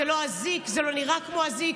זה לא אזיק, זה לא נראה כמו אזיק.